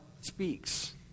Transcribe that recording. speaks